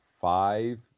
five